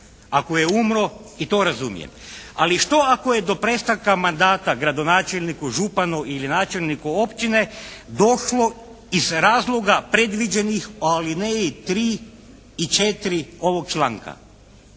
ako je umro i to razumijem, ali što ako je do prestanka mandata gradonačelniku, županu ili načelniku općine došlo iz razloga predviđenih, alineje 3. i 4. ovog članka.